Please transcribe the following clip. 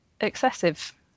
excessive